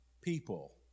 people